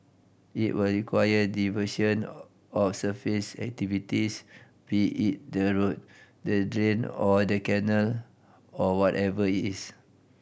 it will require diversion of surface activities be it the road the drain or the canal or whatever it is